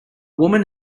woman